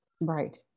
Right